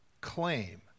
claim